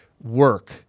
work